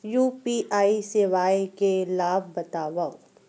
UPI सेवाएं के लाभ बतावव?